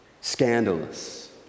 scandalous